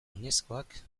oinezkoak